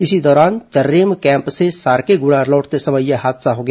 इसी दौरान तर्रेम कैम्प से सारकेगुड़ा लौटते समय यह हादसा हो गया